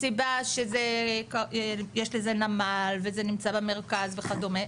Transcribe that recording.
מסיבה שזה יש לזה נמל וזה נמצא במרכז וכדומה.